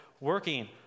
working